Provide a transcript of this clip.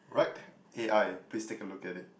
right a_i please take a look at it